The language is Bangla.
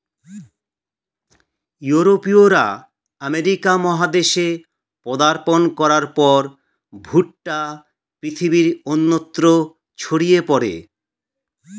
ইউরোপীয়রা আমেরিকা মহাদেশে পদার্পণ করার পর ভুট্টা পৃথিবীর অন্যত্র ছড়িয়ে পড়ে